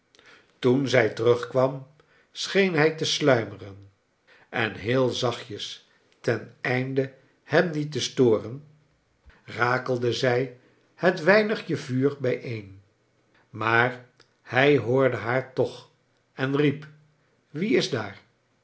toen zij terugkwam scheen hij te sluimeren en heel zachtjes teneinde hem niet te storen rakelde zij het weinigje vuur bijeen maar hij hoorde haar toch en riep wie is daar